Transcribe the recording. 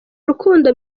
rukundo